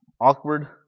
awkward